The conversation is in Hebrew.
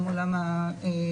גם עולם המחשוב,